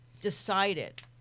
decided